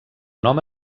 nom